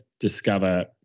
discover